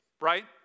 right